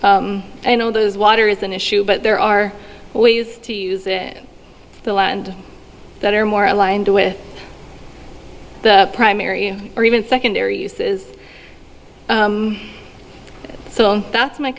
you know those water is an issue but there are ways to use it in the land that are more aligned with the primary or even secondary uses so that's my